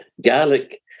Garlic